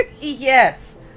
Yes